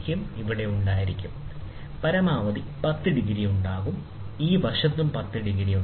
ഇവിടെ ഉണ്ടായിരിക്കാം നിങ്ങൾക്ക് പരമാവധി 10 ഡിഗ്രി ഉണ്ടാകും ഈ വശത്തു നിങ്ങൾക്ക് 10 ഡിഗ്രി ഉണ്ടാകും